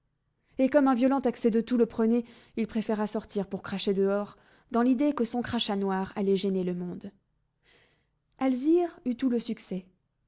et comme un violent accès de toux le prenait il préféra sortir pour cracher dehors dans l'idée que son crachat noir allait gêner le monde alzire eut tout le succès